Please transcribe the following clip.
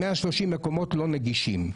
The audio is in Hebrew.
130 מקומות לא נגישים.